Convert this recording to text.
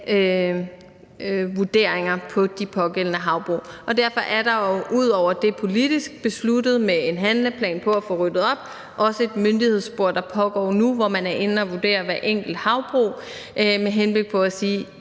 habitatsvurderinger på de pågældende havbrug. Derfor er der jo ud over det politisk besluttede med en handleplan for at få ryddet op også et myndighedsspor, der pågår nu, hvor man er inde at vurdere hvert enkelt havbrug med henblik på at sige: